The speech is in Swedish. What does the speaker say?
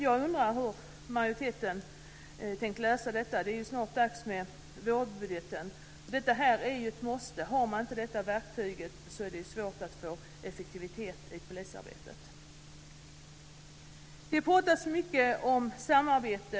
Jag undrar hur majoriteten tänker lösa detta. Det är ju snart dags för vårbudgeten. Detta är ett måste. Har man inte detta verktyg är det svårt att få effektivitet i polisarbetet. Det talas mycket om samarbete.